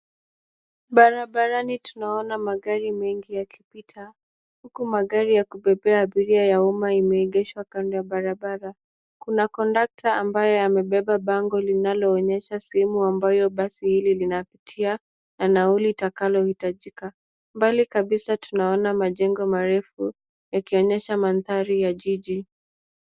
Barabarani tunaona magari mengi yakipita uku magari ya kubebea abiria ya umma imeegeshwa kando ya barabara. Kuna kondakta ambayo amebeba bango linaloonyesha sehemu ambayo basi hili linapitia na nauli itakoloitajika. Mbali kabisa tunaona majengo marefu ikionyesha mandhari ya jiji.